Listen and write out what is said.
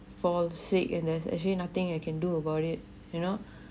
fall sick and there's actually nothing I can do about it you know